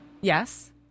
yes